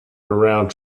around